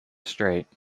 strait